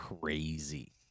crazy